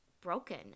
broken